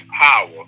power